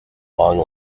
long